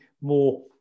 more